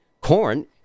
Corn